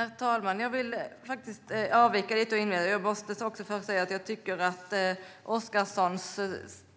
Herr talman! Jag vill inleda med att säga att jag tycker att Mikael Oscarssons